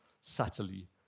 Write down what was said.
subtly